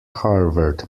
harvard